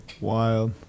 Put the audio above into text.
Wild